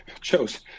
chose